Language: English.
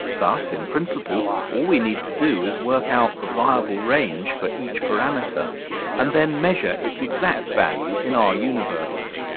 thus in principle, all we need to do is work out the viable range for each parameter and then measure its exact value in our universe.